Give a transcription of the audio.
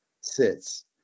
sits